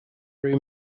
room